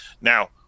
Now